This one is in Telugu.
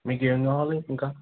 మీకు ఏమి కావాలి ఇంకా